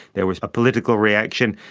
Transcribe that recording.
there was a political reaction.